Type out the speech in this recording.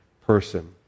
person